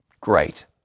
great